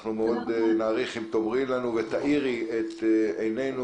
ואנחנו מאוד נעריך אם תאירי את עינינו,